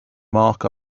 mark